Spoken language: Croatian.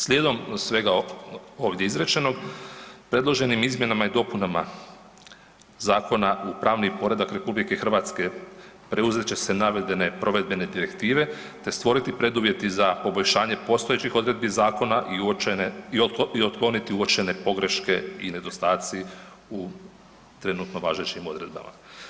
Slijedom svega ovdje izrečenog predloženim izmjenama i dopuna zakona u pravni poredak RH preuzet će se navedene provedbene direktive te stvoriti preduvjeti za poboljšanje postojećih odredbi zakona i uočene i otkloniti uočene pogreške i nedostaci u trenutno važećim odredbama.